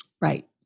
Right